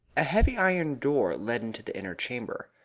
a heavy iron door led into the inner chamber.